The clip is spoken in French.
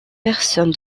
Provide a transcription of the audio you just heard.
personne